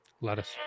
lettuce